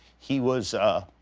he was a